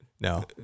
No